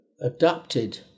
adapted